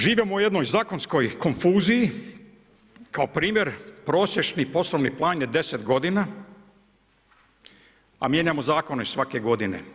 Živimo u jednoj zakonskoj konfuziji, kao primjer prosječni poslovni plan je deset godina, a mijenjamo zakone svake godine.